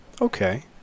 Okay